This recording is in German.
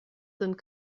sind